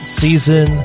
season